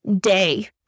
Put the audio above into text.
day